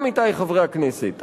עמיתי חברי הכנסת,